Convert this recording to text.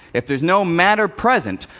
if there's no matter present.